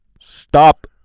Stop